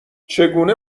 چگونه